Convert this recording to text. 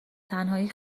تنهایی